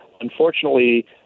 Unfortunately